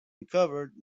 recovered